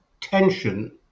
tension